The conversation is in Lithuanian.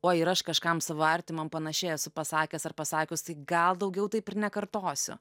oj ir aš kažkam savo artimam panašiai esu pasakęs ar pasakius tai gal daugiau taip ir nekartosiu